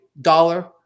dollar